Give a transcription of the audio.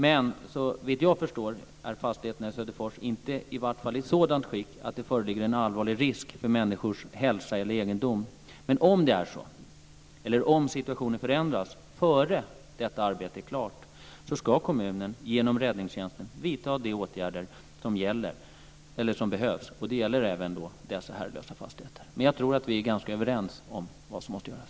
Såvitt jag förstår är fastigheterna i Söderfors inte i sådant skick att det föreligger en allvarlig risk för människors hälsa eller egendom. Men om situationen förändras före arbetet är klart, ska kommunen genom räddningstjänsten vidta de åtgärder som behövs. Det gäller även dessa herrelösa fastigheter. Jag tror att vi är överens om vad som behöver göras.